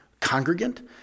congregant